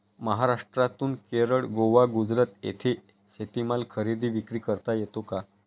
महाराष्ट्रातून केरळ, गोवा, गुजरात येथे शेतीमाल खरेदी विक्री करता येतो का?